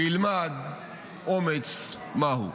וילמד אומץ מהו.